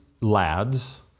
lads